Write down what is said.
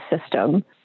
system